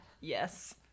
yes